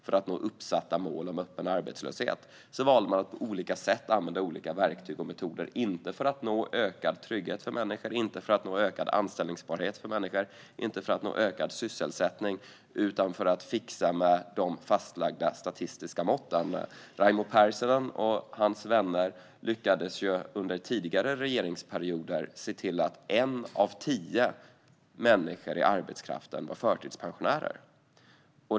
För att nå uppsatta mål om öppen arbetslöshet valde man att på olika sätt använda olika verktyg och metoder - inte för att nå ökad trygghet eller ökad anställbarhet för människor eller för att nå ökad sysselsättning utan för att fixa med de fastlagda statistiska måtten. Raimo Pärssinen och hans vänner lyckades under tidigare regeringsperioder se till att en av tio människor i arbetskraften var förtidspensionär.